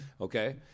Okay